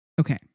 Okay